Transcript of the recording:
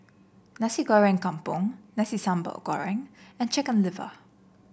Nasi Goreng Kampung Nasi Sambal Goreng and Chicken Liver